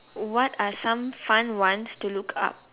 what are some fun ones to look up